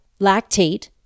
lactate